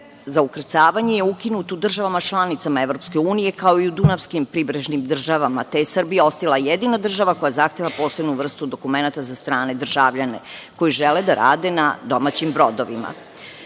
za ukrcavanje je ukinut u državama članicama EU, kao i u dunavskim pribrežnim državama, te je Srbija ostala jedina država koja zahteva posebnu vrstu dokumenata za strane državljane koji žele da rade na domaćim brodovima. Predlogom